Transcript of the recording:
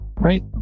Right